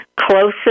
closest